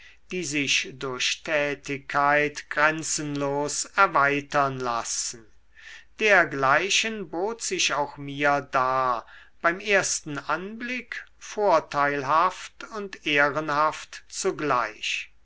die sich durch tätigkeit grenzenlos erweitern lassen dergleichen bot sich auch mir dar beim ersten anblick vorteilhaft und ehrenhaft zugleich